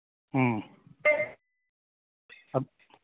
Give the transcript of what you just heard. ꯑꯥ